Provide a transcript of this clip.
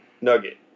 nugget